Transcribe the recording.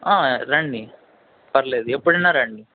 రండి పర్లేదు ఎప్పుడైనా రండి